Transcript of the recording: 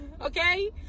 Okay